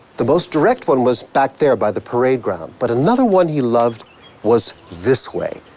the most direct one was back there by the parade ground, but another one he loved was this way,